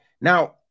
Now